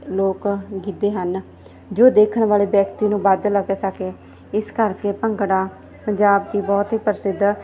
ਲੋਕ ਗਿੱਧੇ ਹਨ ਜੋ ਦੇਖਣ ਵਾਲੇ ਵਿਅਕਤੀ ਨੂੰ ਵੱਧ ਲੱਗ ਸਕੇ ਇਸ ਕਰਕੇ ਭੰਗੜਾ ਪੰਜਾਬ ਦੀ ਬਹੁਤ ਹੀ ਪ੍ਰਸਿੱਧ